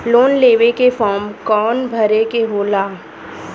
Loan लेवे के form कौन भरे के होला?